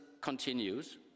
continues